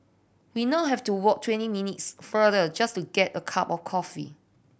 we now have to walk twenty minutes farther just to get a cup of coffee